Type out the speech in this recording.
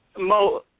Mo